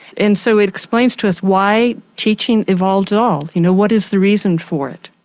and so it explains to us why teaching evolved at all, you know what is the reason for it?